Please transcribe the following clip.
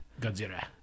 Godzilla